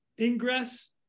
ingress